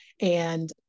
and-